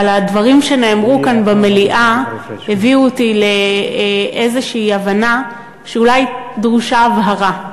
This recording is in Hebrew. אבל הדברים שנאמרו כאן במליאה הביאו אותי לאיזו הבנה שאולי דרושה הבהרה.